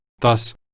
Thus